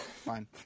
Fine